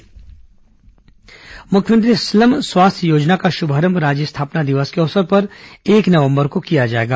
मुख्यमंत्री स्लम स्वास्थ्य योजना मुख्यमंत्री स्लम स्वास्थ्य योजना का शुभारंभ राज्य स्थापना दिवस के अवसर पर एक नवंबर को किया जाएगा